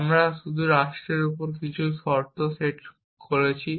আমরা শুধু রাষ্ট্রের উপর তাদের কিছু শর্ত সেট করেছি